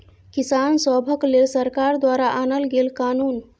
किसान सभक लेल सरकार द्वारा आनल गेल कानुन